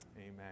Amen